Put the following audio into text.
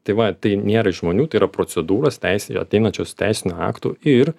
tai va tai nėra iš žmonių tai yra procedūros teisėj ateinančios teisiniu aktu ir